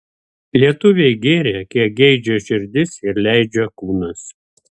lietuviai gėrė kiek geidžia širdis ir leidžia kūnas